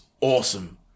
awesome